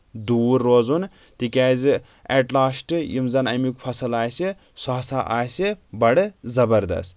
دوٗر روزُن تِکیازِ ایٹ لاسٹ یِم زن امیُک فصٕل آسہِ سُہ ہسا آسہِ بڑٕ زبردست